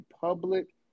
public